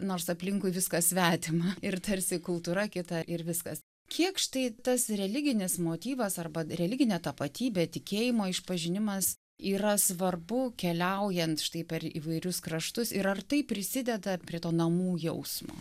nors aplinkui viskas svetima ir tarsi kultūra kita ir viskas kiek štai tas religinis motyvas arba religinė tapatybė tikėjimo išpažinimas yra svarbu keliaujant štai per įvairius kraštus ir ar tai prisideda prie to namų jausmo